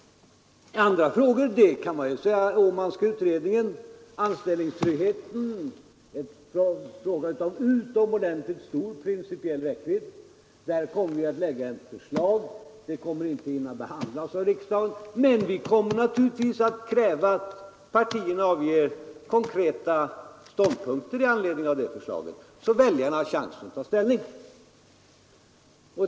Andra frågor, såsom Åmanska utredningen och anställningstryggheten, är frågor av utomordentligt stor principiell räckvidd, och där kommer vi att framlägga förslag. Det kommer visserligen inte att hinna behandlas av vårriksdagen, men vi kommer naturligtvis att sträva efter att partierna anger sina konkreta ståndpunkter i anledning av förslagen, så att väljarna har möjlighet att ta ställning.